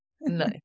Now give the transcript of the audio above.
No